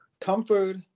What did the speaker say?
Comfort